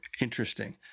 interesting